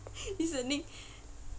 listening